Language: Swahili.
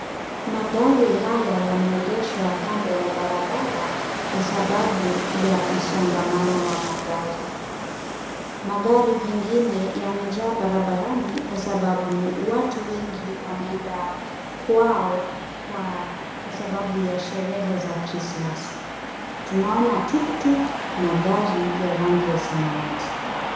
Magari haya yameegeshwa kando ya barabara kwa sababu ya msongamano wa magari. Magari pengine yamejaa barabarani kwa sababu watu wengi wanaenda kwao kwa sababu ya sherehe za krismasi. Tunaona tuktuk na gari ya rangi ya samawati.